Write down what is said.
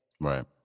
Right